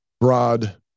broad